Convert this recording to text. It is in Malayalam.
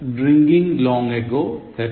He left drinking long ago തെറ്റ്